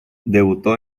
debutó